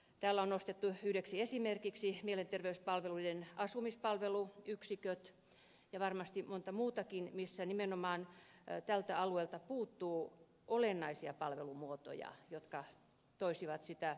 täällä on nostettu yhdeksi esimerkiksi mielenterveyspalveluiden asumispalveluyksiköt ja varmasti on monta muutakin missä nimenomaan tältä alueelta puuttuu olennaisia palvelumuotoja jotka toisivat sitä tehokkuutta